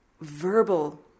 verbal